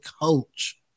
coach